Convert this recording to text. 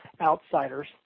outsiders